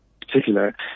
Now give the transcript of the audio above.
particular